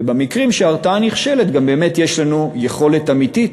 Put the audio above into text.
ובמקרים שההרתעה נכשלת, יש לנו יכולת אמיתית